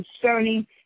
concerning